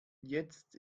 jetzt